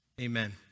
Amen